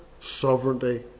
sovereignty